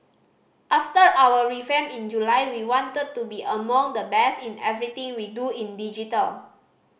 after our revamp in July we wanted to be among the best in everything we do in digital